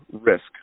risk